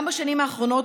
גם בשנים האחרונות,